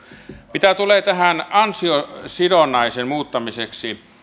mitä tulee tähän ansiosidonnaisen muuttamiseen